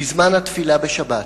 בזמן התפילה בשבת,